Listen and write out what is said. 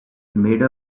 made